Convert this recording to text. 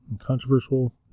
Controversial